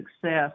success